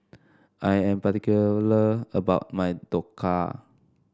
I am particular about my Dhokla